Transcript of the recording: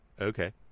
okay